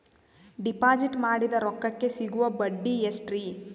Deposit ಮಾಡಿದ ರೊಕ್ಕಕೆ ಸಿಗುವ ಬಡ್ಡಿ ಎಷ್ಟ್ರೀ?